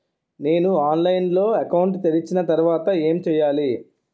నేను ఆన్లైన్ లో అకౌంట్ తెరిచిన తర్వాత ఏం చేయాలి?